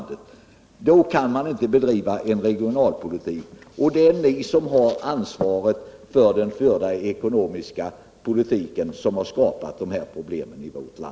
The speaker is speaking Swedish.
Det är ni som har ansvaret för den ekonomiska politik som har skapat problem också för regionalpolitiken.